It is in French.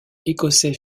écossais